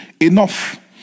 enough